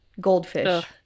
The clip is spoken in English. Goldfish